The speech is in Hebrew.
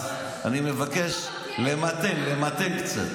אז אני מבקש למתן, למתן קצת.